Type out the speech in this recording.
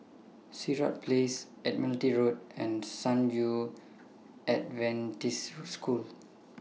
Sirat Place Admiralty Road and San Yu Adventist School